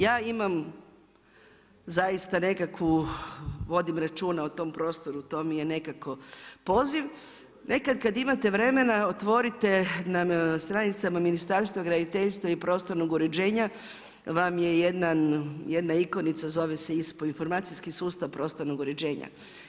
Ja imam zaista nekakav, vodim računa o tom prostoru, to mi je nekako poziv, nekad kad imate vremena, otvorite na stranicama Ministarstva graditeljstva i prostornog uređenja, vam je jedna ikonica zove se ISPU, informacijski sustav prostornog uređenja.